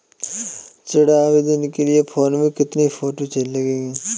ऋण आवेदन के फॉर्म में कितनी फोटो लगेंगी?